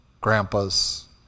grandpas